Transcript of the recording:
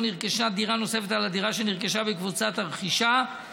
נרכשה דירה נוספת על הדירה שנרכשה בקבוצת הרכישה,